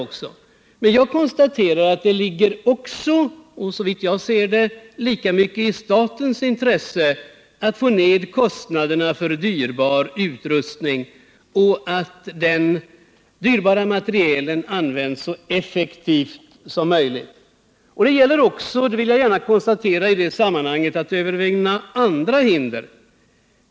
Men som jag ser saken ligger det lika mycket i statens intresse att få ner kostnaderna för dyrbar utrustning och att den dyrbara materielen användes så effektivt som möjligt. Jag vill i detta sammanhang konstatera att det också gäller att övervinna andra hinder.